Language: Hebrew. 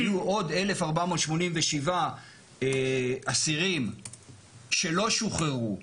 היו עוד 1,487 אסירים שלא שוחררו,